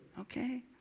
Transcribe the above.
Okay